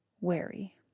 wary